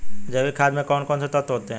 जैविक खाद में कौन कौन से तत्व होते हैं?